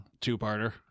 two-parter